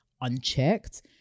unchecked